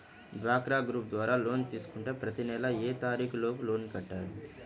డ్వాక్రా గ్రూప్ ద్వారా లోన్ తీసుకుంటే ప్రతి నెల ఏ తారీకు లోపు లోన్ కట్టాలి?